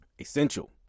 essential